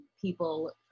people